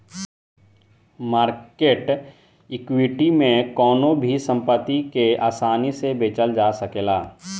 market equity में कवनो भी संपत्ति के आसानी से बेचल जा सकेला